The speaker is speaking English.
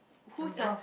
who's your